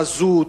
חזות.